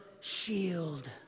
shield